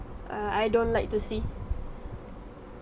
err I don't like to see